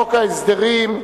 חוק ההסדרים).